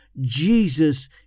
Jesus